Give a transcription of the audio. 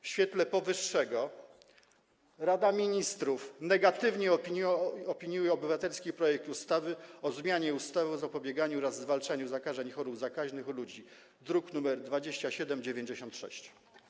W świetle powyższego Rada Ministrów negatywnie opiniuje obywatelski projekt ustawy o zmianie ustawy o zapobieganiu oraz zwalczaniu zakażeń i chorób zakaźnych u ludzi, druk nr 2796.